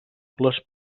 les